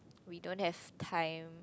we don't have time